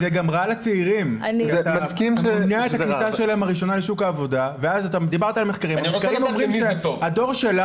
זה גם רע לצעירים, אתה דיברת על מחקרים, הדור שלך